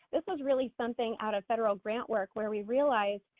this is really something out of federal grant work, where we realized,